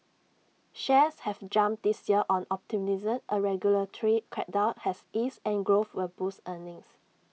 shares have jumped this year on optimism A regulatory crackdown has eased and growth will boost earnings